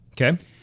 Okay